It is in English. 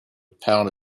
pound